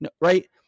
Right